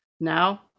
now